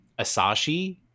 Asashi